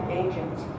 agents